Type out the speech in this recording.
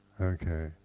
okay